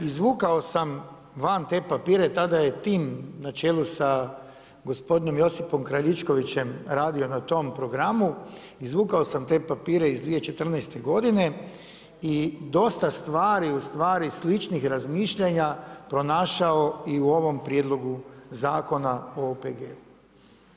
Izvukao sam van te papire, tada je tim na čelu sa gospodinom Josipom Kraljičkovićem radio na tom programu, izvukao sam te papire iz 2014. godine i dosta stvari ustvari sličnih razmišljanja pronašao i u ovom Prijedlogu zakona o OPG-u.